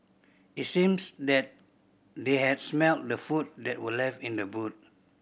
it seems that they had smelt the food that were left in the boot